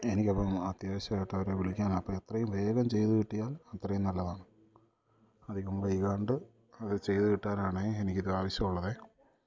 എനിക്കപ്പം അത്യാവശ്യമായിട്ട് അവരെ വിളിക്കാനാണ് അപ്പോൾ എത്രയും വേഗം ചെയ്തു കിട്ടിയാൽ അത്രയും നല്ലതാണ് അധികം വൈകാണ്ട് അത് ചെയ്തു കിട്ടാനാണ് എനിക്കിത് ആവശ്യമുള്ളത്